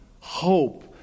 hope